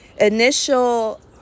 initial